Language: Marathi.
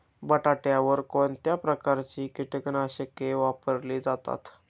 बटाट्यावर कोणत्या प्रकारची कीटकनाशके वापरली जातात?